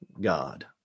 God